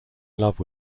love